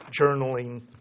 journaling